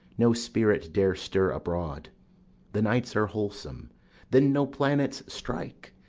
no spirit dare stir abroad the nights are wholesome then no planets strike,